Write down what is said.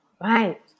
right